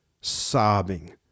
sobbing